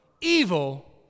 Evil